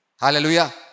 Hallelujah